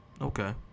Okay